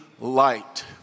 light